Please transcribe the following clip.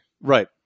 right